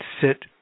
sit